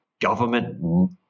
government